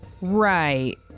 Right